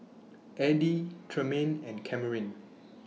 Eddy Tremaine and Kamryn